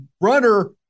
runner